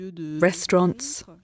restaurants